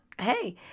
Hey